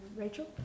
Rachel